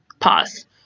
pause